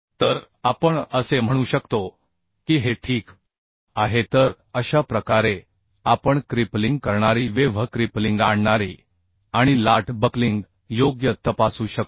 तर आपण असे म्हणू शकतो की हे ठीक आहे तर अशा प्रकारे आपण क्रिपलिंग करणारी वेव्ह क्रिपलिंग आणणारी आणि लाट बक्लिंग योग्य तपासू शकतो